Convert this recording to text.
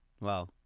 Wow